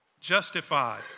Justified